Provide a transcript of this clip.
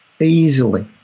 easily